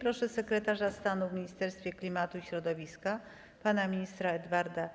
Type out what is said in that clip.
Proszę sekretarza stanu w Ministerstwie Klimatu i Środowiska pana ministra Edwarda